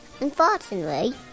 Unfortunately